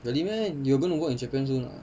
really meh you're going to work in japan soon [what]